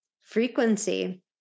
frequency